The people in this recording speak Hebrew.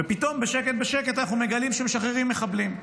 ופתאום בשקט בשקט אנחנו מגלים שמשחררים מחבלים.